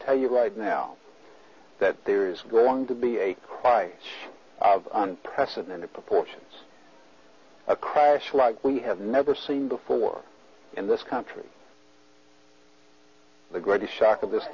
tell you right now that there is going to be a high of unprecedented proportions a crash like we have never seen before in this country the greatest shock of this